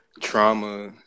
trauma